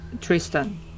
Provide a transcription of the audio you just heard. Tristan